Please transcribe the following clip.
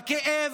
בכאב,